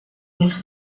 mer